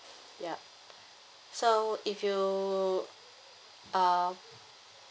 yup so if you uh